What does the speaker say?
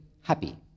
happy